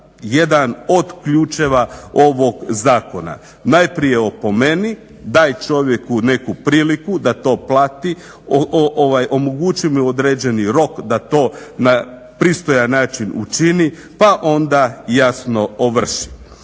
jedan od ključeva ovog zakona. najprije opomeni, daj čovjeku neku priliku da to plati, omogući mu određeni rok da to na pristojan način učini pa onda jasno ovrši.